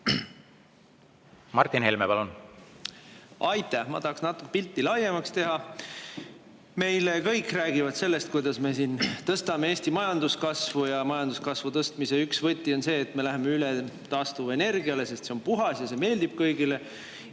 Martin Helme, palun! Aitäh! Ma tahaks pilti natukene laiemaks teha. Meile kõik räägivad sellest, kuidas me tõstame Eesti majanduskasvu ja majanduskasvu tõstmise üks võti on see, et me läheme üle taastuvenergiale, sest see on puhas ja see meeldib kõigile.